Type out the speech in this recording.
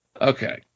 Okay